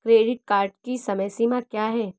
Credit card की समय सीमा क्या है?